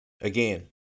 again